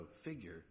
figure